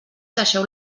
deixeu